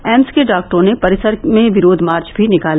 AIIMS के डॉक्टरों ने परिसर में विरोध मार्च भी निकाला